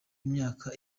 imyaka